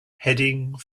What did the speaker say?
heading